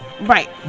Right